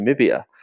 Namibia